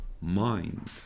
mind